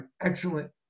Excellent